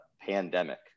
pandemic